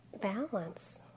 balance